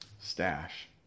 Stash